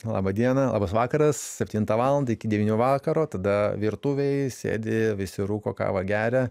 laba diena labas vakaras septintą valandą iki devynių vakaro tada virtuvėj sėdi visi rūko kavą geria